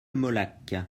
molac